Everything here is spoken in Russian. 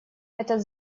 этот